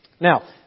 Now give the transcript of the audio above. Now